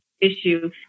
issue